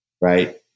right